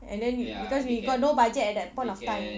and then because we got no budget at that point of time